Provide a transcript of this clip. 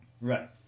right